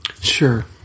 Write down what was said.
Sure